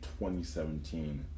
2017